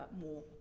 more